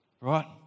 Right